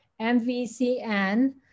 MVCN